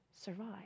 survive